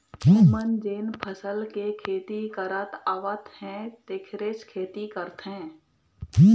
ओमन जेन फसल के खेती करत आवत हे तेखरेच खेती करथे